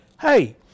Hey